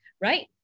right